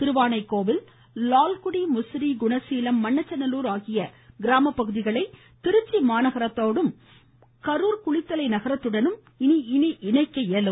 திருவானைக்கோவில் லால்குடி முசிறி குணசீலம் மண்ணச்சநல்லூர் ஆகிய கிராமப்பகுதிகளை திருச்சி மாநகரத்தோடும் மற்றும் கரூர் குளித்தலை நகரத்துடன் இணைக்க இயலும்